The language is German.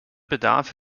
bedarf